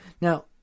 Now